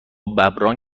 ﺑﺒﺮﺍﻥ